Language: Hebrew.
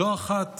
לא אחת